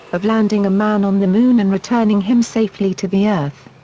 of landing a man on the moon and returning him safely to the earth.